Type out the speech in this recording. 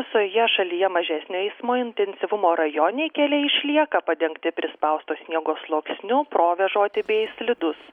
visoje šalyje mažesnio eismo intensyvumo rajoniniai keliai išlieka padengti prispausto sniego sluoksniu provėžoti bei slidūs